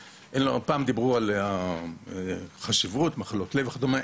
פעם דיברו על החשיבות בקשר למחלות לב וכדומה,